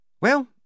Well